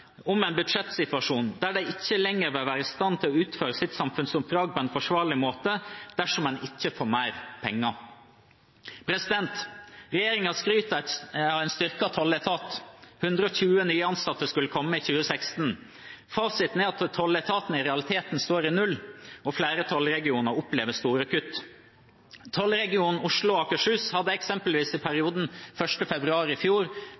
om en budsjettsituasjon der de ikke lenger vil være i stand til å utføre sitt samfunnsoppdrag på en forsvarlig måte dersom de ikke får mer penger. Regjeringen skryter av en styrket tolletat. 120 nyansatte skulle komme i 2016. Fasiten er at tolletaten i realiteten står i null, og at flere tollregioner opplever store kutt. Tollregion Oslo og Akershus hadde eksempelvis i perioden 1. februar i fjor